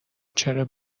چرا